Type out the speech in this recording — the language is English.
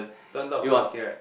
turned out quite okay right